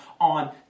on